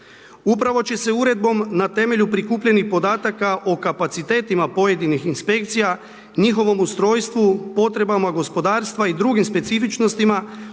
Upravo će se uredbom na temelju prikupljenih podataka o kapacitetima pojedinih inspekcija, njihovom ustrojstvu, potrebama gospodarstva i drugim specifičnostima